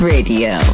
Radio